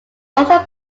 also